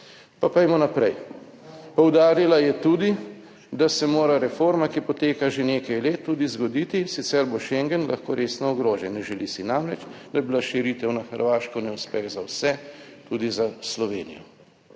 Pa pojdimo naprej. Poudarila je tudi, da se mora reforma, ki poteka že nekaj let, tudi zgoditi, sicer bo Schengen lahko resno ogrožen, želi si namreč, da bi bila širitev na Hrvaško neuspeh za vse, tudi za Slovenijo.